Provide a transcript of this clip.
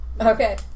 Okay